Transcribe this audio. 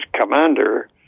commander